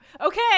Okay